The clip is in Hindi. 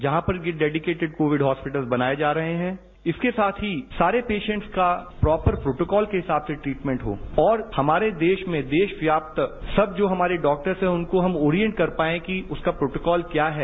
जहां पर भी डैडिकेटिड कोविड हॉस्पिटल बनाये जा रहे हैं इसक साथ ही सारे पेशेन्ट्स का प्रॉपर प्रोटोकॉल के हिसाब से ट्रीटमेन्ट हो और देश में जो हमारे डॉक्टर्स हैं उनको हम ओरियेन्ट कर पायें कि उसका प्रोटोकॉल क्या है